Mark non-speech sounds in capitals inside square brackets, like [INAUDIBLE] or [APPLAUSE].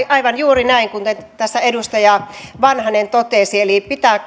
[UNINTELLIGIBLE] aivan juuri näin kuin tässä edustaja vanhanen totesi eli pitää [UNINTELLIGIBLE]